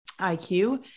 IQ